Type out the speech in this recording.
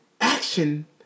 action